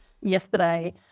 yesterday